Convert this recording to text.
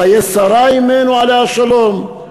חיי שרה אמנו עליה השלום,